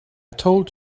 told